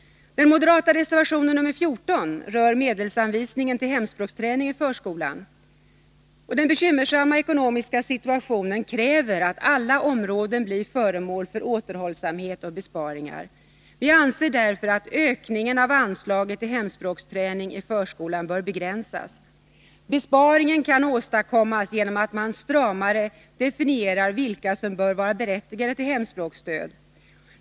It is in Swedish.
Den bekymmersamma ekonomiska situationen kräver att alla områden blir föremål för återhållsamhet och besparingar. Vi anser därför att ökningen av anslaget till hemspråksträning i förskolan bör begränsas. Besparingen kan åstadkommas genom en stramare definition när det gäller vilka som bör vara berättigade till hemspråksstöd.